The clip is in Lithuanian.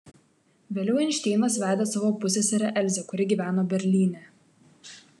vėliau einšteinas vedė savo pusseserę elzę kuri gyveno berlyne